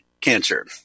cancer